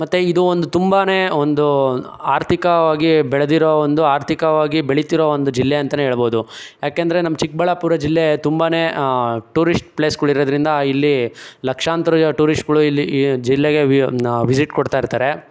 ಮತ್ತು ಇದು ಒಂದು ತುಂಬಾ ಒಂದು ಆರ್ಥಿಕವಾಗಿ ಬೆಳೆದಿರೋ ಒಂದು ಆರ್ಥಿಕವಾಗಿ ಬೆಳಿತಿರೋ ಒಂದು ಜಿಲ್ಲೆ ಅಂತನೇ ಏಳ್ಬೋದು ಯಾಕೆಂದರೆ ನಮ್ಮ ಚಿಕ್ಕಬಳ್ಳಾಪುರ ಜಿಲ್ಲೆ ತುಂಬಾ ಟೂರಿಸ್ಟ್ ಪ್ಲೇಸ್ಗಳಿರೋದ್ರಿಂದ ಇಲ್ಲಿ ಲಕ್ಷಾಂತರ ಟೂರಿಸ್ಟ್ಗಳು ಇಲ್ಲಿ ಈ ಜಿಲ್ಲೆಗೆ ವಿಸಿಟ್ ಕೊಡ್ತಾಯಿರ್ತಾರೆ